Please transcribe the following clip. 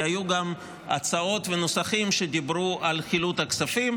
כי היו גם הצעות ונוסחים שדיברו על חילוט הכספים,